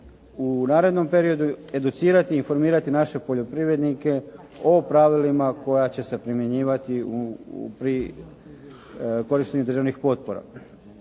u narednom periodu educirati i informirati naše poljoprivrednike o pravilima koja će se primjenjivati pri korištenju državnih potpora.